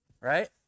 Right